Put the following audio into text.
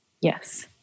Yes